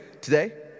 today